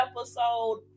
episode